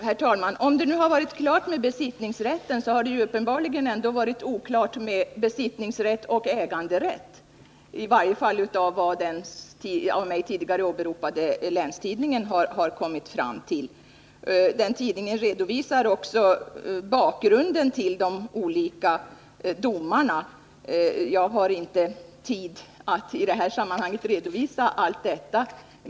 Herr talman! Om det har varit klart med besittningsrätten, har det uppenbarligen ändå varit oklart med besittningsrätt och äganderätt — i varje fall enligt vad den av mig tidigare åberopade länstidningen har kommit fram till. Tidningen redovisar också bakgrunden till de olika domarna. Tiden räcker inte till för att i det här sammanhanget återge allt detta.